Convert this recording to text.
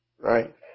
right